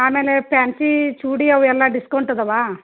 ಆಮೇಲೆ ಪ್ಯಾನ್ಸಿ ಚೂಡಿ ಅವು ಎಲ್ಲ ಡಿಸ್ಕೌಂಟ್ ಅದಾವ